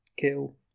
kill